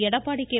Edappadi K